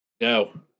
No